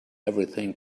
everything